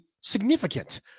significant